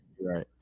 right